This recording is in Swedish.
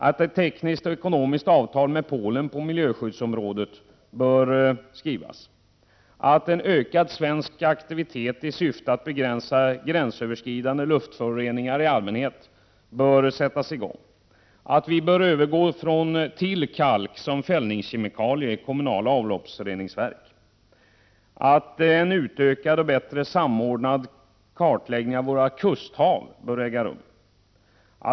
e Etttekniskt och ekonomiskt avtal med Polen på miljöskyddsområdet bör skrivas. e En ökad svensk aktivitet i syfte att begränsa gränsöverskridande luftföroreningar i allmänhet bör sättas i gång. e Vi bör övergå till kalk som fällningskemikalie i kommunala avloppsreningsverk. e En utökad och bättre samordnad kartläggning av våra kusthav bör äga rum.